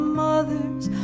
mothers